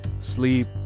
sleep